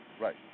Right